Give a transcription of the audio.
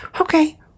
Okay